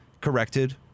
corrected